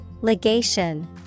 Legation